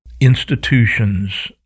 institutions